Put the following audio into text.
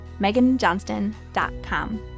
meganjohnston.com